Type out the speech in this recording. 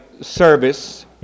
service